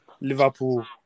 Liverpool